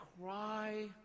cry